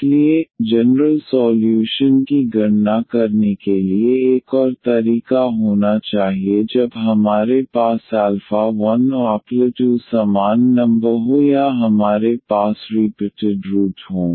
इसलिए general solution की गणना करने के लिए एक और तरीका होना चाहिए जब हमारे पास 1 और 2 समान नंबर हो या हमारे पास रीपिटेड रूट हों